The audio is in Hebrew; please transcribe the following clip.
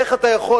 איך אתה יכול,